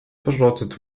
verschrottet